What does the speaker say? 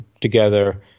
together